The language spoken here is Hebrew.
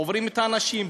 עוברים את האנשים,